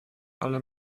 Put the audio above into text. alle